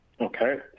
Okay